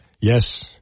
Yes